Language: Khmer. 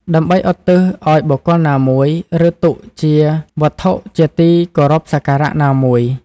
ដើម្បីឧទ្ទិសឲ្យបុគ្គលណាមួយ ឬ ទុកជាវត្ថុជាទីគោរពសក្ការៈណាមួយ។